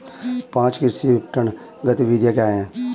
पाँच कृषि विपणन गतिविधियाँ क्या हैं?